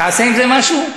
תעשה עם זה משהו?